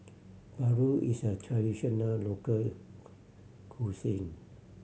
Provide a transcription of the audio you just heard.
paru is a traditional local cuisine